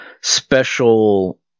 special